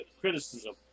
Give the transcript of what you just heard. criticism